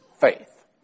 faith